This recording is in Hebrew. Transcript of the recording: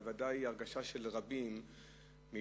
וודאי שהיא הרגשה של רבים מאתנו,